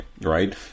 right